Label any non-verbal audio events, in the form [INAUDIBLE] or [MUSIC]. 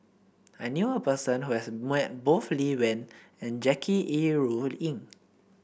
I knew a person who has met both Lee Wen and Jackie Yi [UNINTELLIGIBLE] Ru Ying